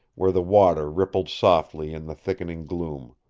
where the water rippled softly in the thickening gloom.